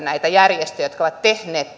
näitä järjestöjä jotka ovat tehneet